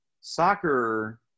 soccer